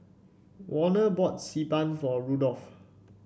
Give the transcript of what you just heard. Warner bought Xi Ban for Rudolf